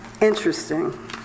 interesting